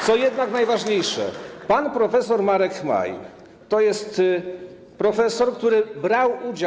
Co jednak najważniejsze, pan prof. Marek Chmaj to jest profesor, który brał udział.